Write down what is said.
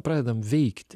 pradedam veikti